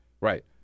Right